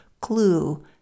clue